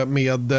med